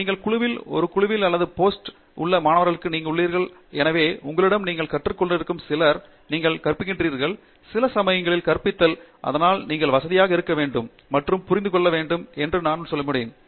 நீங்கள் குழுவில் ஒரு குழுவில் அல்லது போஸ்ட்டாக உள்ள மாணவர்களாக உள்ளீர்கள் எனவே உங்களிடமிருந்து நீங்கள் கற்றுக் கொண்டிருக்கும் சிலர் நீங்கள் கற்பிக்கிறீர்கள் சில சமயங்களில் கற்பித்தல் அதனால் நீங்கள் வசதியாக இருக்க வேண்டும் மற்றும் புரிந்து கொள்ள வேண்டும் என்று ஒரு செயல்முறை ஆகும்